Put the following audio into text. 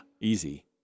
Easy